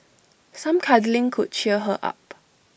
some cuddling could cheer her up